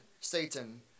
Satan